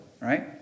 right